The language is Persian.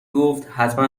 گفت، حتما